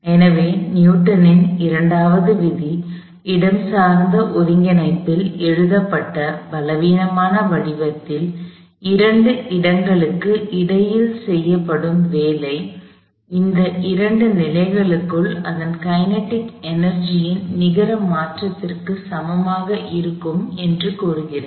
எனவே நியூட்டனின் இரண்டாவது விதி இடஞ்சார்ந்த ஒருங்கிணைப்பில் எழுதப்பட்ட பலவீனமான வடிவத்தில் இரண்டு இடங்களுக்கு இடையில் செய்யப்படும் வேலை அந்த இரண்டு நிலைகளுக்குள் அதன் கைனெடிக் எனர்ஜியின் நிகர மாற்றத்திற்குச் சமமாக இருக்கும் என்று கூறுகிறது